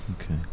Okay